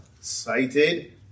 cited